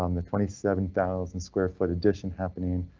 um the twenty seven thousand square foot addition happening,